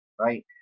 right